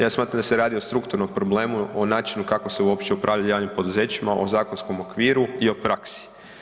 Ja smatram da se radi o strukturnom problemu, o načinu kako se uopće upravlja javnim poduzećima o zakonskom okviru i o praksi.